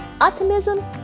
optimism